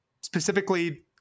specifically